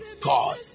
God